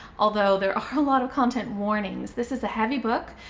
although there are a lot of content warnings! this is a heavy book.